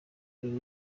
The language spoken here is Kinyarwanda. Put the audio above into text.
uyu